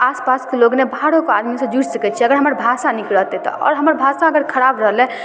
आसपासके लोक नहि बाहरोके आदमीसँ जुड़ि सकै छी अगर हमर भाषा नीक रहतै तऽ आओर हमर भाषा अगर खराब रहलै